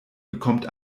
bekommt